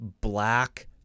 black